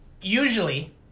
usually